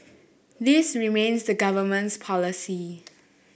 this remains the Government's policy